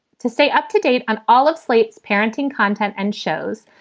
to stay up to date on all of slate's parenting content and shows,